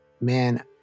man